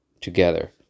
together